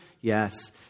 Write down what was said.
Yes